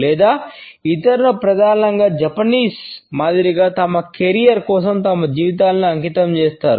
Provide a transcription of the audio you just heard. లేదా ఇతరులు ప్రధానంగా జపనీయుల కోసం తమ జీవితాలను అంకితం చేస్తారు